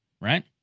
Right